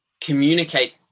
communicate